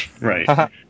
Right